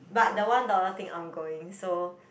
but the one the thing I'm going so